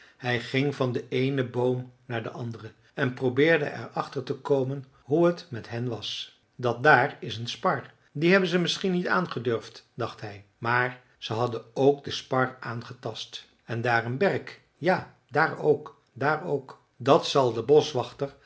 hij ging van den eenen boom naar den anderen en probeerde er achter te komen hoe t met hen was dat daar is een spar die hebben ze misschien niet aangedurfd dacht hij maar ze hadden ook de spar aangetast en daar een berk ja daar ook daar ook dat zal den boschwachter